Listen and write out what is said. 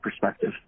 perspective